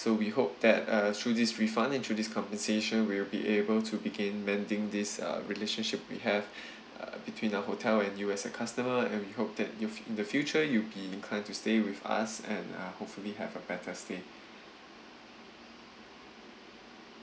we hope that uh through this refund and through this compensation we will be able to begin mending this uh relationship we have uh between our hotel and you as a customer and we hope that you in the future you'll be inclined to stay with us and uh hopefully have a fantastic